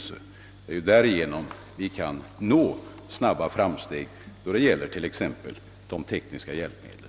Det är ju därigenom vi kan nå snabba framsteg i fråga om t.ex. de tekniska hjälpmedlen.